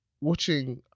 watching